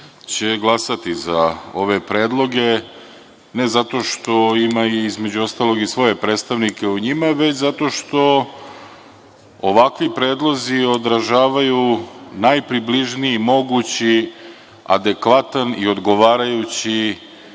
će glasati za ove predloge, ne zato što ima i između ostalog i svoje predstavnike u njima, već zato što ovakvi predlozi odražavaju najpribližniji, mogući, adekvatan i odgovarajući